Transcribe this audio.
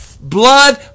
Blood